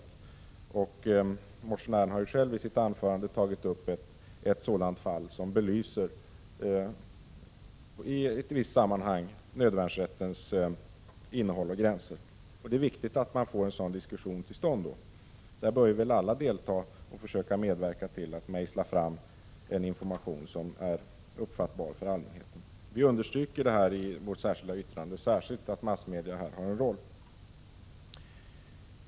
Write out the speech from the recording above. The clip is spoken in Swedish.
Motionären har själv i sitt anförande tagit upp ett sådant fall, som belyser nödvärnsrättens innehåll och gränser i ett visst sammanhang. Det är viktigt att en sådan diskussion kommer till stånd. Däri bör vi alla delta och försöka medverka till att mejsla fram den information som kan uppfattas av allmänheten. Vi understryker i vårt särskilda yttrande att massmedia i det här sammanhanget har betydelse.